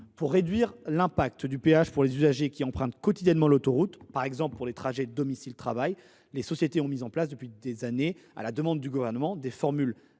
Pour réduire l’impact du péage pour les usagers qui empruntent quotidiennement l’autoroute, par exemple lors des trajets domicile travail, les sociétés ont mis en place depuis des années, sur la demande du Gouvernement, des formules